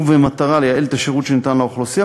ובמטרה לייעל את השירות שניתן לאוכלוסייה,